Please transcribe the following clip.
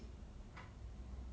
ya